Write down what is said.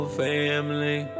family